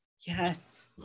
Yes